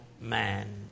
man